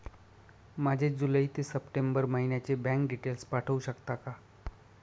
माझे जुलै ते सप्टेंबर महिन्याचे बँक डिटेल्स पाठवू शकता का?